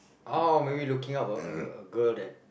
oh maybe looking up a a a girl that